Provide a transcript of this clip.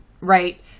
right